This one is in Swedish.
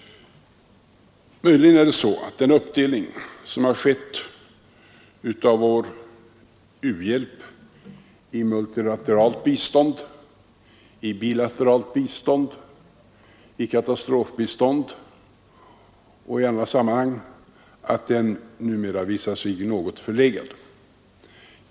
Möjligen är det så, att uppdelningen av vår u-hjälp i multilateralt bistånd, i bilateralt bistånd, i katastrofbistånd och bistånd i andra sammanhang numera visar sig vara något förlegad.